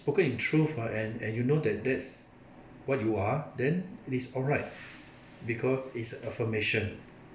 spoken in truth ah and and you know that that's what you are then it is alright because it's affirmation